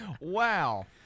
Wow